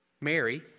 Mary